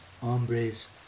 hombres